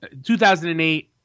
2008